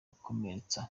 gukomeretsa